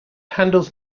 handles